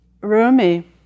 Rumi